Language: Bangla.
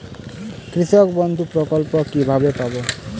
কৃষকবন্ধু প্রকল্প কিভাবে পাব?